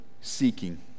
seeking